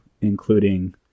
including